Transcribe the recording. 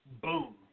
boom